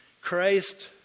Christ